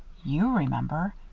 you remember.